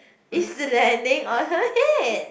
is landing on her head